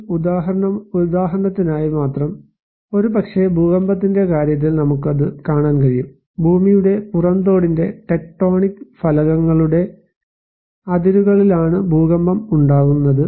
ഒരു ഉദാഹരണത്തിനായി മാത്രം ഒരുപക്ഷേ ഭൂകമ്പത്തിന്റെ കാര്യത്തിൽ നമുക്ക് അത് കാണാൻ കഴിയും ഭൂമിയുടെ പുറംതോടിന്റെ ടെക്റ്റോണിക് ഫലകങ്ങളുടെ 9tectonic plates അതിരുകളിലാണ് ഭൂകമ്പം ഉണ്ടാകുന്നത്